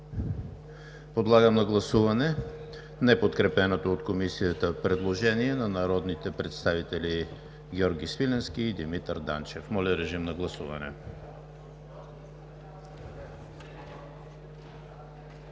Подлагам на гласуване неподкрепеното от Комисията предложение на народните представители Георги Свиленски и Димитър Данчев. Гласували